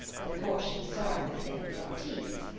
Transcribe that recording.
of course she was sorry for the sake of the artistes.